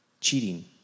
cheating